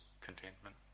contentment